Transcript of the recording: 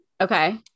Okay